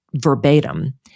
verbatim